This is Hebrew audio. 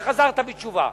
שחזרת בתשובה.